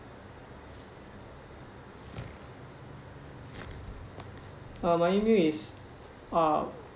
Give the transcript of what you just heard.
uh my email is uh